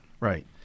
right